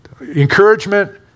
Encouragement